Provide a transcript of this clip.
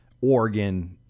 Oregon